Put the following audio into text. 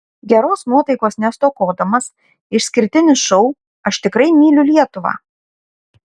geros nuotaikos nestokodamas išskirtinis šou aš tikrai myliu lietuvą